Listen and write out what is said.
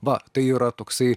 va tai yra toksai